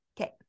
Okay